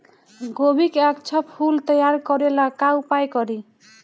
गोभी के अच्छा फूल तैयार करे ला का उपाय करी?